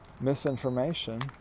Misinformation